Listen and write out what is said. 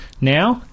now